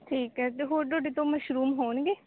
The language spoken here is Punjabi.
ਠੀਕ ਹੈ ਅਤੇ ਹੋਰ ਤੁਹਾਡੇ ਤੋਂ ਮਸ਼ਰੂਮ ਹੋਣਗੇ